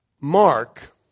Mark